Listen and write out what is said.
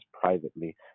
privately